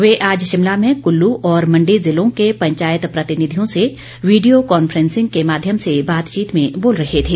वे आज शिमला में कृल्लू और मण्डी ज़िलों के पंचायत प्रतिनिधियों से वीडियो कॉन्फ्रेंसिंग के माध्यम से बातचीत में बोल रहे थे